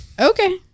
Okay